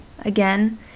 again